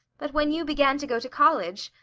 but when you began to go to college.